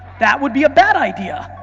that would be a bad idea.